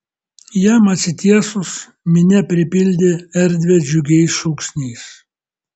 jam atsitiesus minia pripildė erdvę džiugiais šūksniais